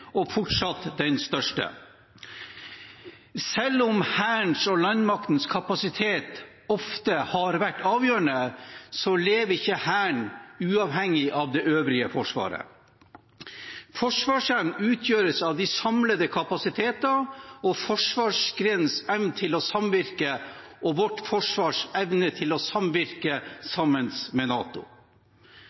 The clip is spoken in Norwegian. og fortsatt den største. Selv om Hærens og landmaktens kapasitet ofte har vært avgjørende, lever ikke Hæren uavhengig av det øvrige Forsvaret. Forsvarsevnen utgjøres av de samlede kapasiteter, forsvarsgrenenes evne til å samvirke og vårt forsvars evne til å samvirke med NATO.